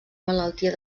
malaltia